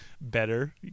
better